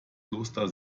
kloster